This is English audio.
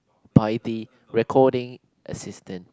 by the recording assistant